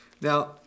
Now